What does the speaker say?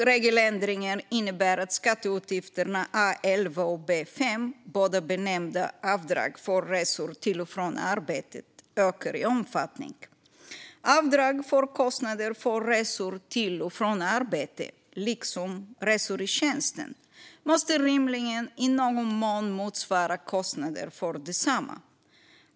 Regeländringen innebär att skatteutgifterna A11 och B5, båda benämnda Avdrag för resor till och från arbetet, ökar i omfattning. Avdrag för kostnader för resor till och från arbete, liksom resor i tjänsten, måste rimligen i någon mån motsvara kostnaderna för desamma.